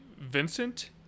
Vincent